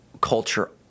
culture